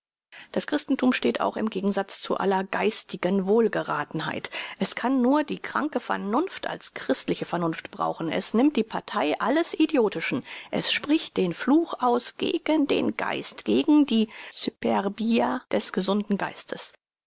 das christenthum steht auch im gegensatz zu aller geistigen wohlgerathenheit es kann nur die kranke vernunft als christliche vernunft brauchen es nimmt die partei alles idiotischen es spricht den fluch aus gegen den geist gegen die superbiades gesunden geistes